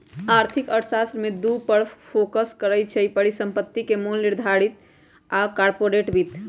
आर्थिक अर्थशास्त्र में दू पर फोकस करइ छै, परिसंपत्ति के मोल निर्धारण आऽ कारपोरेट वित्त